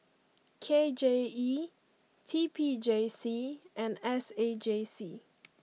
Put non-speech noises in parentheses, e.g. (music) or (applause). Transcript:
K J E T P J C and S A J C (noise)